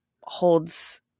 holds